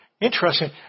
interesting